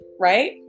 right